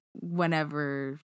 whenever